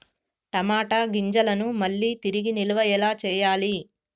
టమాట గింజలను మళ్ళీ తిరిగి నిల్వ ఎలా చేయాలి?